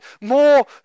more